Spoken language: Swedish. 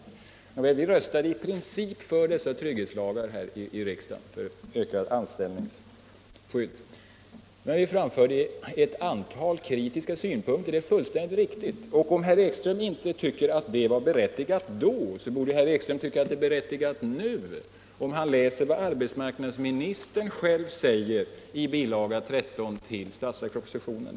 I riksdagen röstade vi i princip för ett ökat anställningsskydd, men vi framförde ett antal kritiska synpunkter, det är fullständigt riktigt. Om herr Ekström inte då tyckte att det var berättigat borde han tycka det nu, ifall vad han läser vad arbetsmarknadsministern säger i bil. 13 till budgetpropositionen.